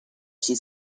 she